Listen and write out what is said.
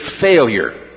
failure